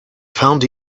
found